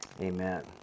Amen